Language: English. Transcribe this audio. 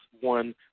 one